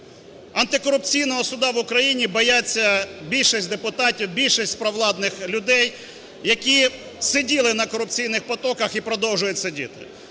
Антикорупційного суду в Україні бояться більшість депутатів, більшість провладних людей, які сиділи на корупційних потоках і продовжують сидіти.